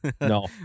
No